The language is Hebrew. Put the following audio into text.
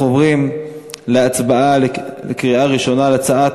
אנחנו עוברים להצבעה בקריאה ראשונה על הצעת